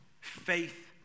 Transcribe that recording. Faith